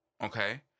okay